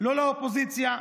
לא לאופוזיציה,